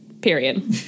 Period